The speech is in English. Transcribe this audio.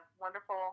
wonderful